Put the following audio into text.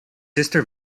sister